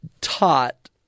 taught